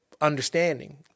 understanding